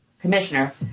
Commissioner